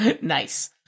Nice